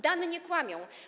Dane nie kłamią.